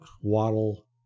Waddle